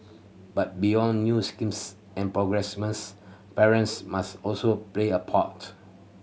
but beyond new schemes and parents must also play a part